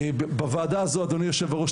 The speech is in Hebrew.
בוועדה הזו אדוני היושב-ראש,